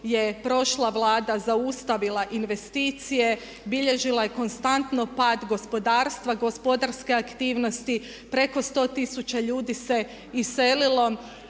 je prošla Vlada zaustavila investicije bilježila je konstantno pad gospodarstva, gospodarske aktivnosti. Preko 100 tisuća ljudi se iselilo,